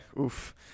Oof